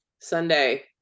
sunday